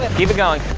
but keep it going,